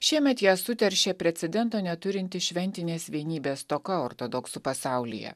šiemet ją suteršė precedento neturinti šventinės vienybės stoka ortodoksų pasaulyje